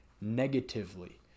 negatively